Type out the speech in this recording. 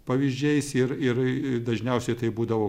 pavyzdžiais ir ir dažniausiai tai būdavo